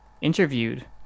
interviewed